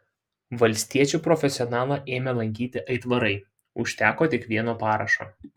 valstiečių profesionalą ėmė lankyti aitvarai užteko tik vieno parašo